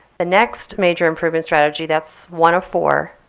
the next major improvement strategy that's one of four.